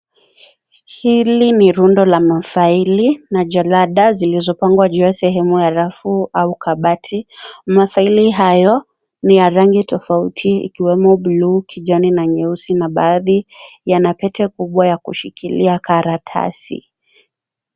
Hili ni rundo la mafaili na jalada zilizopangwa juu ya sehemu ya rafu au kabati. Mafaili hayo ni ya rangi tofauti ikiwemo buluu, kijani na nyeusi na baadhi yana pete kubwa ya kushikilia karatasi.